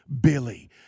Billy